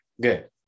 good